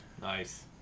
Nice